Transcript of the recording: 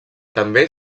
també